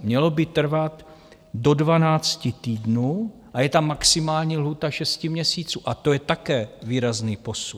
Mělo by trvat do 12 týdnů a je tam maximální lhůta 6 měsíců, a to je také výrazný posun.